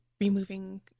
removing